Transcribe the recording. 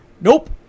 nope